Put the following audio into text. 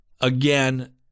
again